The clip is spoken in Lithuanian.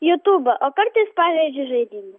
jutubą o kartais pažaidžiu žaidimą